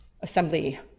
assembly